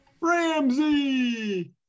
Ramsey